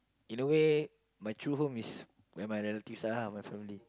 in a way my true home is where my relatives are lah my family